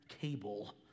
Cable